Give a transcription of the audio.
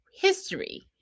history